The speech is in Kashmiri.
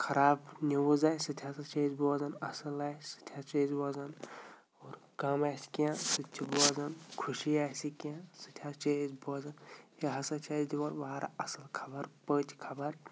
خَراب نِوٕز آسہِ سۄ تہِ ہَسا چھِ أسۍ بوزان اَصٕل آسہِ سُہ تہِ حظ چھِ أسۍ بوزان اور غم آسِہ کینٛہہ سُہ تہِ چھِ بوزان خُوشی آسہِ کینٛہہ سُہ تہِ حظ چھِ أسۍ بوزان یِہ ہَسا چھِ اَسہِ دِوان واریاہ اَصٕل خَبر پٔتۍ خَبر